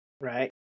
Right